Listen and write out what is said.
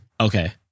Okay